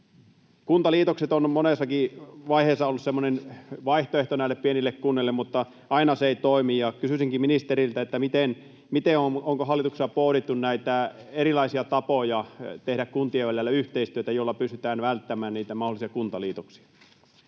Kuntaliitokset ovat monessakin vaiheessa olleet semmoinen vaihtoehto näille pienille kunnille, mutta aina ne eivät toimi. Kysyisinkin ministeriltä: miten on, onko hallituksessa pohdittu näitä erilaisia tapoja tehdä kuntien välillä yhteistyötä, joilla pystytään välttämään niitä mahdollisia kuntaliitoksia?